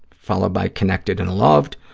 followed by connected and loved,